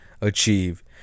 achieve